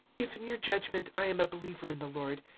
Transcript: if in your judgement i am a believer in the lord,